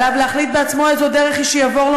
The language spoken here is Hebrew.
"עליו להחליט בעצמו איזו דרך היא שיבור לו,